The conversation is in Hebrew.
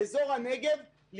מאזור הנגב,